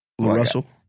Russell